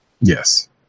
Yes